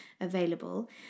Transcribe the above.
available